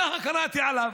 ככה קראתי עליו,